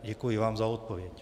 Děkuji vám za odpověď.